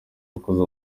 wakoze